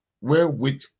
wherewith